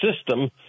system